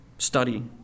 Study